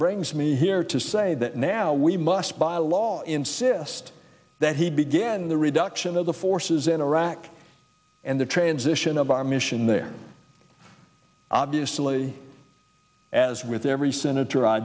brings me here to say that now we must by law insist that he began the reduction of the forces in iraq and the transition of our mission there obviously as with every senator i